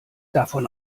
davon